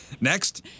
Next